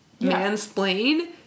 mansplain